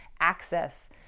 access